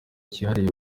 cyihariye